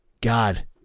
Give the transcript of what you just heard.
God